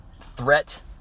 threat